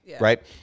right